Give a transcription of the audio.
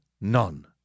none